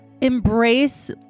embrace